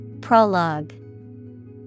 Prologue